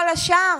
כל השאר